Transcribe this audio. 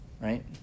Right